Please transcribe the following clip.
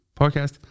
podcast